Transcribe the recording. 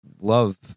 love